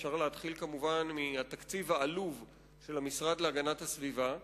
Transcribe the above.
אפשר להתחיל כמובן מהתקציב העלוב של המשרד להגנת הסביבה,